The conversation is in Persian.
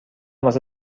واسه